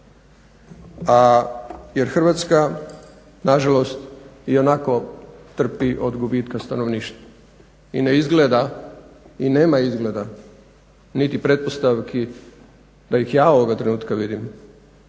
Jer Hrvatska nažalost ionako trpi od gubitka stanovništva i ne izgleda i nema izgleda niti pretpostavki da ih ja ovoga trenutka vidim